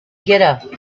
get